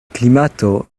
klimato